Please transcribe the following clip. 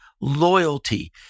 loyalty